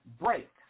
break